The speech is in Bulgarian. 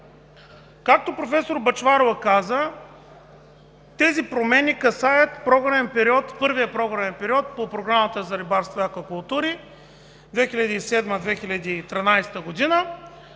Както професор Бъчварова каза, тези промени касаят първия програмен период по Програмата за рибарство и аквакултури 2007 – 2013 г.